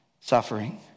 suffering